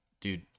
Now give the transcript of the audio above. dude